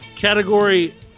Category